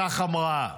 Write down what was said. כך אמרה,